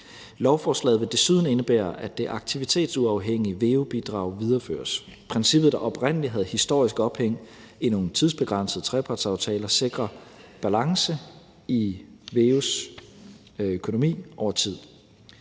Lovforslaget vil desuden indebære, at det aktivitetsafhængige veu-bidrag videreføres. Princippet, der oprindelig havde et historisk ophæng i nogle tidsbegrænsede trepartsaftaler, sikrer balance i veu's økonomi over tid.